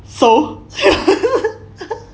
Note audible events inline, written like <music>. so <laughs>